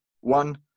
one